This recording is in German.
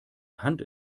hand